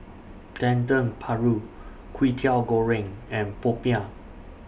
Dendeng Paru Kwetiau Goreng and Popiah